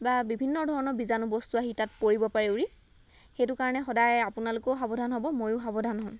বা বিভিন্ন ধৰণৰ বীজাণু বস্তু আহি তাত পৰিব পাৰে উৰি সেইটো কাৰণে সদায় আপোনালোকো সাৱধান হ'ব ময়ো সাৱধান হম